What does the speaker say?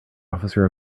officer